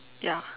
ya